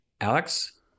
alex